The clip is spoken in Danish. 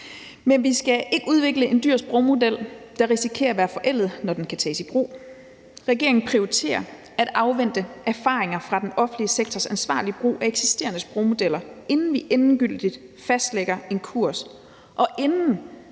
Men vi skal ikke udvikle en dyr sprogmodel, der risikerer at være forældet, når den kan tages i brug. Regeringen prioriterer at afvente erfaringer fra den offentlige sektors ansvarlige brug af eksisterende sprogmodeller, inden vi endegyldigt fastlægger en kurs, og inden